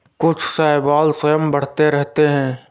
कुछ शैवाल स्वयं बढ़ते रहते हैं